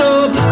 up